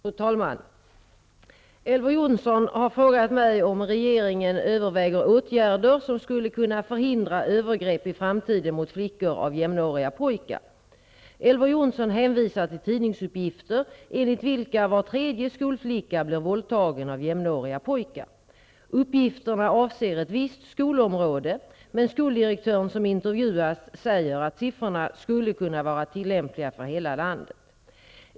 Fru talman! Elver Jonsson har frågat mig om regeringen överväger åtgärder som skulle kunna förhindra övergrepp i framtiden mot flickor av jämnåriga pojkar. Elver Jonsson hänvisar till tidningsuppgifter, enligt vilka var tredje skolflicka blir våldtagen av jämnåriga pojkar. Uppgifterna avser ett visst skolområde, men skoldirektören som intervjuats säger att siffrorna skulle kunna vara tillämpliga för hela landet.